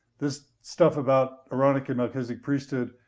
this stuff about aaronic and melchizedek priesthood,